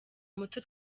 muto